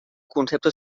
concepte